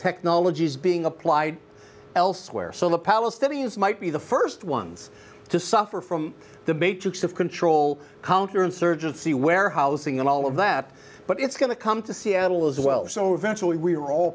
technologies being applied elsewhere so the palestinians might be the first ones to suffer from the matrix of control counterinsurgency warehousing and all of that but it's going to come to seattle as well so eventually we're all